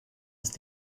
ist